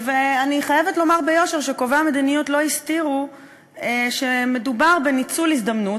אני חייבת לומר ביושר שקובעי המדיניות לא הסתירו שמדובר בניצול הזדמנות,